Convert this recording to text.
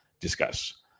discuss